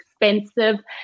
expensive